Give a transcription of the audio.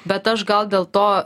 bet aš gal dėl to